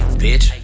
bitch